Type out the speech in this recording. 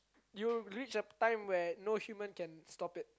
you reach the time where no human can stop it